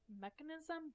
mechanism